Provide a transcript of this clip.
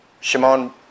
Shimon